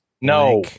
No